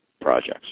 projects